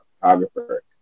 photographer